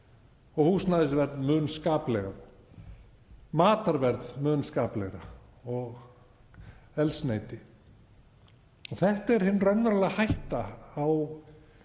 og húsnæðisverð mun skaplegra, matarverð mun skaplegra og eldsneyti. Þetta er hin raunverulega hætta á